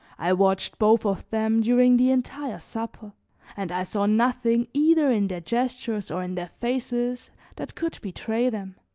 i watched both of them during the entire supper and i saw nothing either in their gestures or in their faces that could betray them.